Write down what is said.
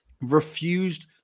refused